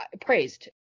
praised